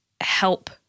help